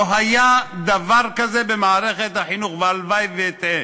לא היה דבר כזה במערכת החינוך, והלוואי ואטעה.